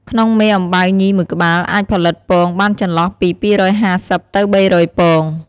ក្នុងមេអំបៅញីមួយក្បាលអាចផលិតពងបានចន្លោះពី២៥០ ទៅ៣០០ពង។